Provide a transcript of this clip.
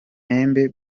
ntembe